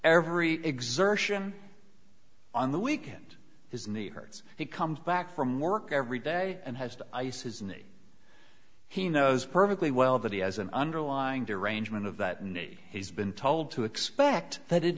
every exertion on the weekend his knee hurts he comes back from work every day and has to ice is neat he knows perfectly well that he has an underlying derangement of that need he's been told to expect that it